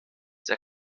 sehr